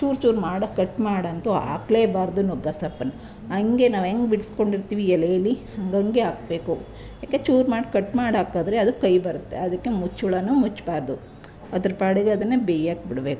ಚೂರು ಚೂರು ಮಾಡಿ ಕಟ್ ಮಾಡಂತೂ ಹಾಕ್ಲೇಬಾರ್ದು ನುಗ್ಗೆ ಸೊಪ್ಪನ್ನು ಹಂಗೆ ನಾವು ಹೆಂಗೆ ಬಿಡಿಸ್ಕೊಂಡಿರ್ತೀವಿ ಎಲೆಲಿ ಹಂಗೆ ಹಂಗೆ ಹಾಕ್ಬೇಕು ಯಾಕೆ ಚೂರು ಮಾಡಿ ಕಟ್ಟಿ ಮಾಡಿ ಹಾಕಿದ್ರೆ ಅದು ಕಹಿ ಬರುತ್ತೆ ಅದಕ್ಕೆ ಮುಚ್ಚಳನೂ ಮುಚ್ಚಬಾರ್ದು ಅದರ ಪಾಡಿಗೆ ಅದನ್ನು ಬೇಯೋಕೆ ಬಿಡಬೇಕು